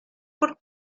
por